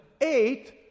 eight